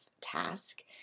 task